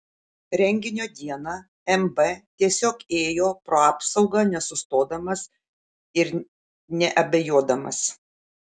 renginio dieną mb tiesiog ėjo pro apsaugą nesustodamas ir neabejodamas